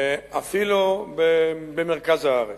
אפילו במרכז הארץ.